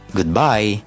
Goodbye